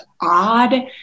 odd